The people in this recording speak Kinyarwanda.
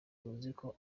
kuko